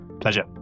Pleasure